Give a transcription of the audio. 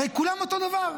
הרי כולם אותו דבר.